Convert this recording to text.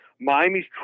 Miami's